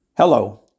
Hello